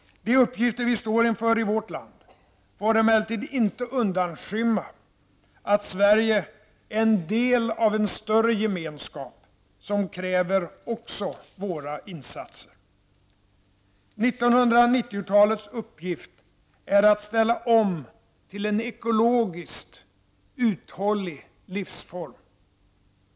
De uppgifter vi står inför i vårt land får emellertid inte undanskymma att Sverige är en del av en större gemenskap som kräver också våra insatser. 1990-talets uppgift är att ställa om till en ekologiskt uthållig livsform.